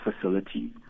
facility